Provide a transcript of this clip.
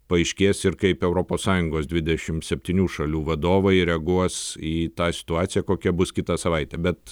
paaiškės ir kaip europos sąjungos dvidešim septynių šalių vadovai reaguos į tą situaciją kokia bus kitą savaitę bet